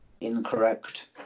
Incorrect